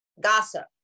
gossip